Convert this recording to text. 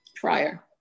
Friar